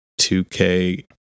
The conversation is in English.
2K